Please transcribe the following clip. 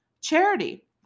Charity